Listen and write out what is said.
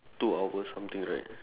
two hours something right